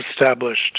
established